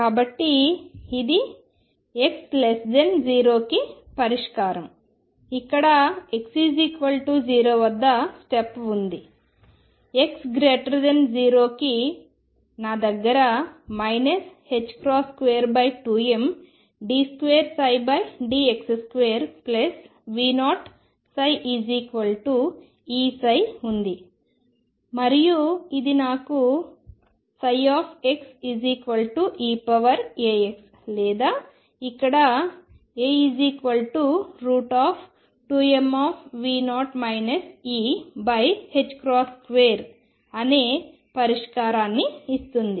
కాబట్టి ఇది x0కి పరిష్కారం ఇక్కడ x0 వద్ద స్టెప్ ఉంది x0కి నా దగ్గర 22md2dx2V0ψEψ ఉంది మరియు ఇది నాకు xeαx లేదా ఇక్కడ α2mV0 E2 అనే పరిష్కారాన్ని ఇస్తుంది